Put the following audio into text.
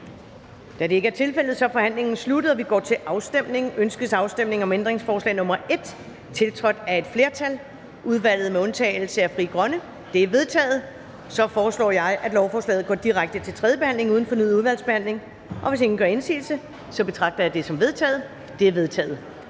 Da det ikke er tilfældet, er forhandlingen sluttet, og vi går til afstemning. Kl. 14:59 Afstemning Første næstformand (Karen Ellemann): Ønskes afstemning om ændringsforslag nr. 1, tiltrådt af et flertal (udvalget med undtagelse af FG)? Det er vedtaget. Så foreslår jeg, at lovforslaget går direkte til tredje behandling uden fornyet udvalgsbehandling. Hvis ingen gør indsigelse, betragter jeg det som vedtaget. Det er vedtaget.